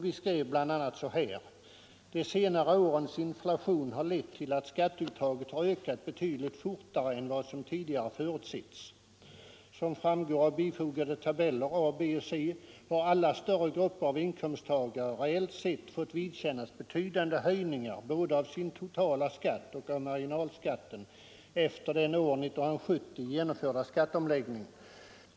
Vi skrev bl.a.: ”De senare årens inflation har lett till att skatteuttaget har ökat betydligt fortare än vad som tidigare förutsetts. Som framgår av bifogade tabeller A, B och C har alla större grupper av inkomsttagare reellt sett fått vidkännas betydande höjningar både av sin totala skatt och av marginalskatten efter den år 1970 genomförda skatteomläggningen.